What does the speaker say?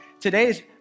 today's